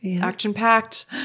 action-packed